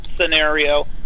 scenario